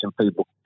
people